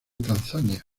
tanzania